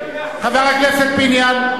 חבר הכנסת פיניאן.